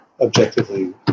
objectively